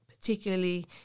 particularly